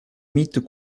mythes